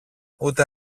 ούτε